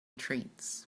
treats